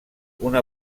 una